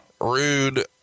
Rude